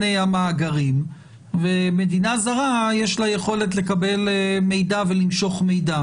המאגרים ולמדינה זרה יש יכולת לקבל מידע ולמשוך מידע.